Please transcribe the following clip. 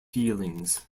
feelings